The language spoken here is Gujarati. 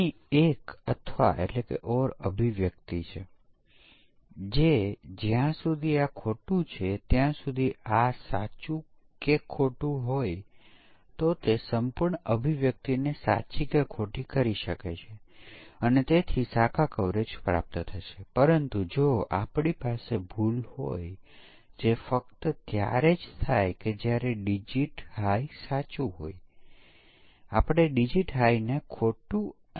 આ ધારણા માટેનો આધાર એ છે કે એકવાર સોફ્ટવેરનો ઉપયોગ આ પરીક્ષણ ડેટામાંથી એક સાથે કરવામાં આવે છે તે બીજા ચોક્કસ એલિમેંટ માટે પણ ચાલે છે તેથી આપણે જોશું કે જો તે એક માટે સફળ છે તો તે બીજા બધા માટે પણ સફળ હશે જો તે આના માટે નિષ્ફળ છે તો અન્ય તમામ માટે નિષ્ફળતા હશે